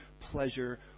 pleasure